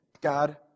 God